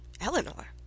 Eleanor